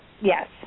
Yes